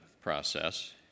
process